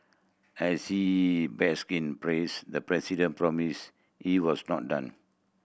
as he bask in praise the president promise he was not done